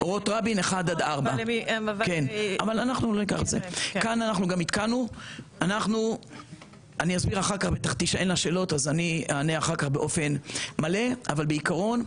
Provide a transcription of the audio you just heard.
אורות רבין 1-4. בעיקרון,